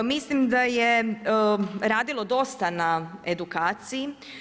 Mislim da je radilo dosta na edukaciji.